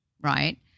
right